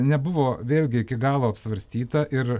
nebuvo vėlgi iki galo apsvarstyta ir